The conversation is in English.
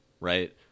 right